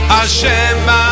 Hashem